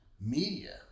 media